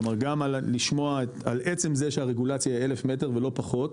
כלומר גם לשמוע על עצם זה שהרגולציה היא 1,000 מטר ולא פחות,